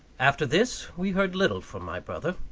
after this, we heard little from my brother.